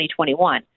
2021